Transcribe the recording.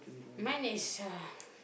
mine is uh